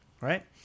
Right